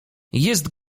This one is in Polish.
jest